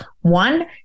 One